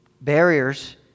barriers